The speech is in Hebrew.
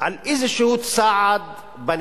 על איזה צעד בנדון,